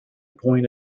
point